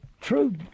true